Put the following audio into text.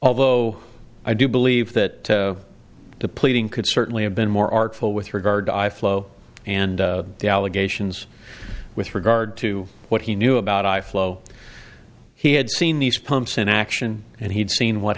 although i do believe that the pleading could certainly have been more artful with regard to i flow and the allegations with regard to what he knew about high flow he had seen these pumps in action and he'd seen what